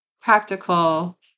practical